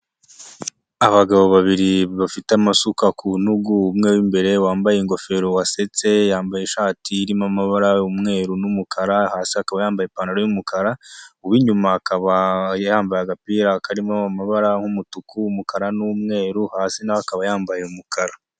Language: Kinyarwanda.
Abagabo babiri bafite amasuka ku ntugu, umwe wimbere wambaye ingofero wasetse, yambaye ishati irimo amabara umweru n'umukara, hasi akaba yambaye ipantaro y'umukara, uw'inyuma akaba yambaye agapira karimo amabara y'umutuku, umukara n'umweru hasi nawe akaba yambaye umukara.